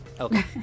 Okay